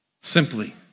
Simply